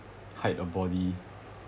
hide a body